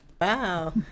Wow